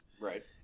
Right